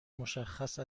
مشخص